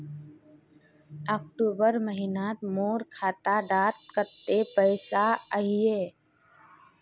अक्टूबर महीनात मोर खाता डात कत्ते पैसा अहिये?